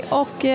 och